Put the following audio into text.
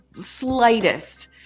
slightest